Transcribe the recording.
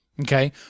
okay